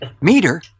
Meter